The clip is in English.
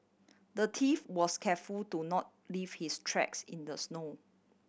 the thief was careful to not leave his tracks in the snow